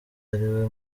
ariwe